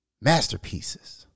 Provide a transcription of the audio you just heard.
Masterpieces